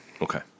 Okay